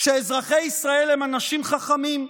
אזרחי ישראל הם אנשים חכמים,